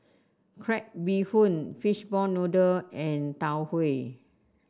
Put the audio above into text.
Crab Bee Hoon Fishball Noodle and Tau Huay